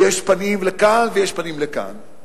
ויש פנים לכאן ויש פנים לכאן.